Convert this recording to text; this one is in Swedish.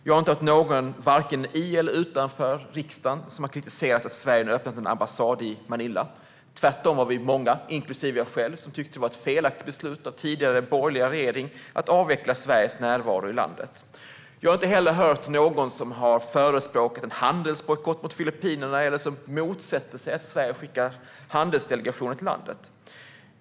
Jag har inte heller hört någon vare sig eller utanför riksdagen som har kritiserat att Sverige nu öppnat en ambassad i Manila. Tvärtom var vi många, inklusive jag själv, som tyckte det var ett felaktigt beslut av den tidigare borgerliga regeringen att avveckla Sveriges närvaro i landet. Jag har inte heller hört någon som har förespråkat en handelsbojkott mot Filippinerna eller som motsätter sig att Sverige skickar handelsdelegationer till landet.